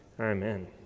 Amen